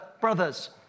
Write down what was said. brothers